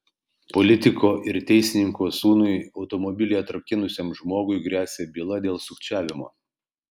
politiko ir teisininko sūnui automobilį atrakinusiam žmogui gresia byla dėl sukčiavimo